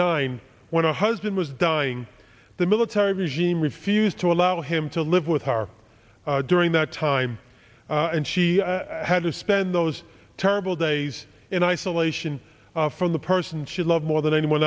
nine when her husband was dying the military regime refused to allow him to live with her during that time and she had to spend those terrible days in isolation from the person she loved more than anyone